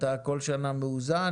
אתה כל שנה מאוזן,